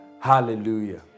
Hallelujah